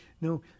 No